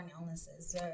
illnesses